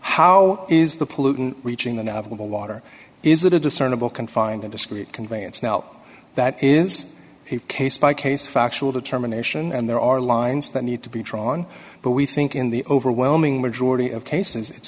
how is the pollutant reaching the navigable water is a discernible confined in discreet conveyance now that is a case by case factual determination and there are lines that need to be drawn but we think in the overwhelming majority of cases it's